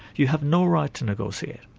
you have no right to negotiate.